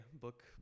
book